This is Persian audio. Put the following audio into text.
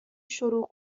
شروع